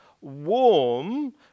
warm